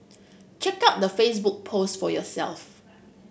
check out the Facebook post for yourself